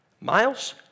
Miles